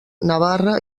navarra